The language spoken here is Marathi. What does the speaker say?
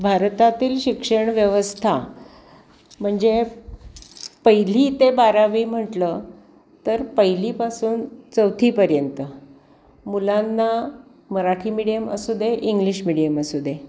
भारतातील शिक्षणव्यवस्था म्हणजे पहिली ते बारावी म्हटलं तर पहिलीपासून चौथीपर्यंत मुलांना मराठी मीडियम असू दे इंग्लिश मिडीयम असू दे